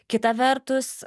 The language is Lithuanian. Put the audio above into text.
kita vertus